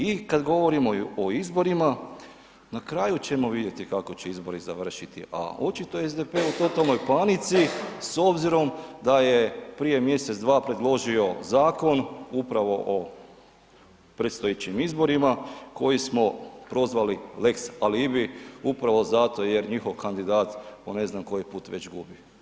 I kad govorimo o izborima, na kraju ćemo vidjeti kako će izbori završiti a očito je SDP u totalnoj panici s obzirom da je prije mjesec, dva predložio zakon, upravo o predstojećim izborima koji smo prozvali lex alibi upravo zato jer njihov kandidat po ne znam koji put već gubi.